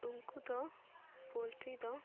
ᱩᱱᱠᱩ ᱫᱚ ᱯᱳᱞᱴᱨᱤ ᱫᱚ